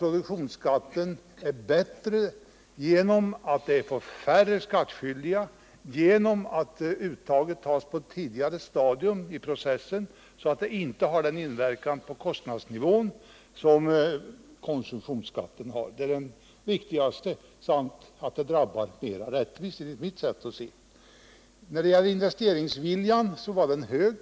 Produktionsskatten är bättre genom att den avser färre skattskyldiga och genom att uttaget görs på ett tidigare stadium i processen, så att det inte har den påverkan på kostnadsnivån som konsumtionsskatten har. Det är det viktigaste. Dessutom drabbar den mera rättvist, enligt mitt sätt att se. Vad sedan gäller investeringsviljan vill jag säga att den är hög.